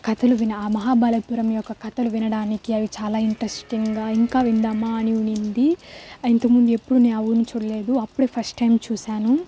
కథలు వినా ఆ మహాబలిపురం యొక్క కథలు వినడానికి అవి చాలా ఇంట్రెస్టింగ్గా ఇంకా విందామా అని ఉన్నింది ఇంతకు ముందు ఎప్పుడు నేను ఆ ఊరిని చూడలేదు అప్పుడే ఫస్ట్ టైం చూశాను